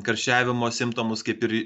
karščiavimo simptomus kaip ir